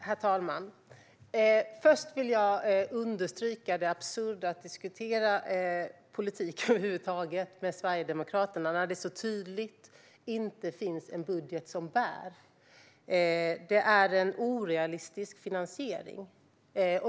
Herr talman! Först vill jag understryka det absurda i att diskutera politik över huvud taget med Sverigedemokraterna när det så tydligt inte finns en budget som bär. Det är en orealistisk finansiering.